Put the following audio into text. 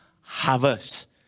harvest